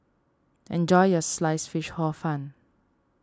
enjoy your Sliced Fish Hor Fun